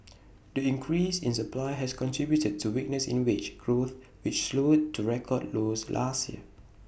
the increase in supply has contributed to weakness in wage growth which slowed to record lows last year